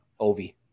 Ovi